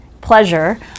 pleasure